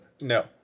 no